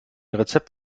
rezept